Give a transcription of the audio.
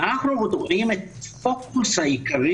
אנחנו מובילים את הפוקוס העיקרי